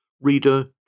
Reader